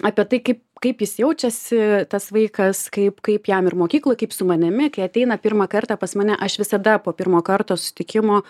apie tai kaip kaip jis jaučiasi tas vaikas kaip kaip jam ir mokykloj kaip su manimi kai ateina pirmą kartą pas mane aš visada po pirmo karto susitikimo